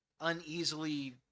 uneasily